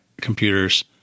computers